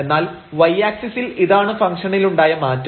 എന്നാൽ y ആക്സിസിൽ ഇതാണ് ഫംഗ്ഷനിലുണ്ടായ മാറ്റം